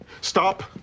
Stop